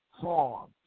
Farm